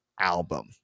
album